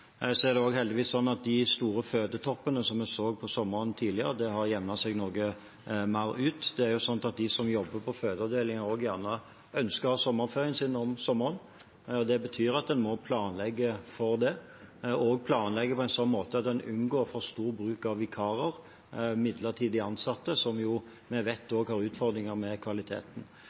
Det er heldigvis sånn at de store fødetoppene som vi så på sommeren tidligere, har jevnet seg noe mer ut. De som jobber på fødeavdelingene, ønsker også gjerne å ha sommerferien sin om sommeren. Det betyr at en må planlegge for det, og også planlegge på en sånn måte at en unngår for stor bruk av vikarer, midlertidig ansatte, som vi vet også gir utfordringer med kvaliteten.